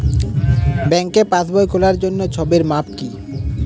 ব্যাঙ্কে পাসবই খোলার জন্য ছবির মাপ কী?